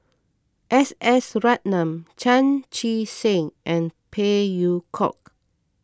S S Ratnam Chan Chee Seng and Phey Yew Kok